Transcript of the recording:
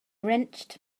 wrenched